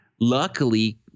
Luckily